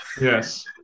Yes